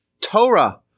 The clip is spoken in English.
Torah